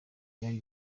ryari